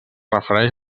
refereix